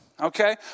Okay